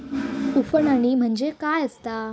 उफणणी म्हणजे काय असतां?